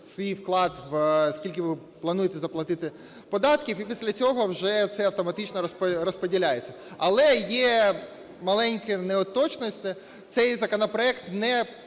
свій вклад, скільки ви плануєте заплатити податків, і після цього вже це автоматично розподіляється. Але є маленькі неточності. Цей законопроект не